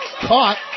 Caught